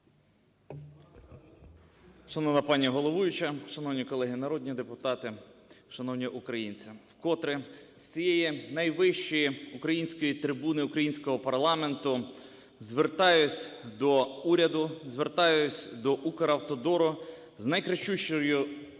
Шановна пані головуюча! Шановні колеги народні депутати! Шановні українці! Вкотре з цієї найвищої української трибуни українського парламенту звертаюсь до уряду, звертаюсь до Укравтодору з найкричущою